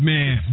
Man